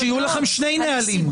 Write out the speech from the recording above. שיהיו לכם שני נהלים.